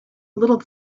little